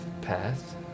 path